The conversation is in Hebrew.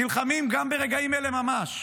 נלחמים גם ברגעים אלה ממש,